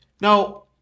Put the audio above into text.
Now